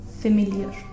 familiar